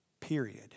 period